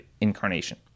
incarnation